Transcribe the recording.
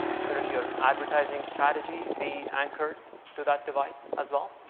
shouldn't your advertising strategy be anchored to that device as well?